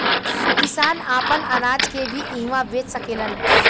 किसान आपन अनाज के भी इहवां बेच सकेलन